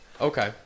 Okay